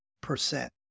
percent